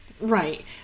Right